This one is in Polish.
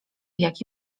jak